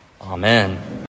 Amen